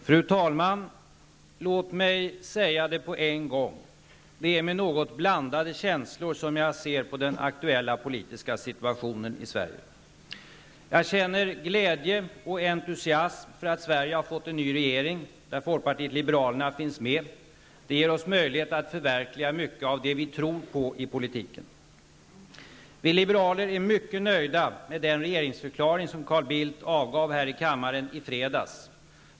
Fru talman! Låt mig säga med en gång säga att det är med något blandande känslor som jag ser på den aktuella politiska situationen i Sverige. Jag känner glädje och entusiasmen över att Sverige har fått en ny regering, där folkpartiet liberalerna finns med. Det ger oss möjligheter att förverkliga mycket av det vi tror på i politiken. Vi liberaler är mycket nöjda med den regeringsförklaring som Carl Bildt avgav här i kammaren i fredags.